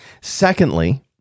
Secondly